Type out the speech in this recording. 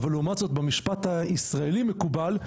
אבל לעומת זאת במשפט הישראלי מקובל,